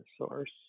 source